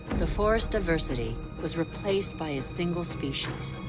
the forest's diversity was replaced by a single species,